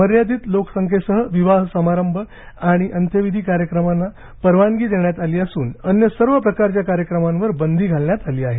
मर्यादित लोकसंख्येसह विवाह समारंभ आणि अंत्यविधी कार्यक्रमांना परवानगी देण्यात आली असून अन्य सर्व प्रकारच्या कार्यक्रमांवर बंदी घालण्यात आली आहे